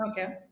Okay